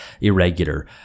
irregular